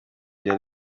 byari